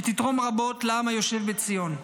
שתתרום רבות לעם היושב בציון,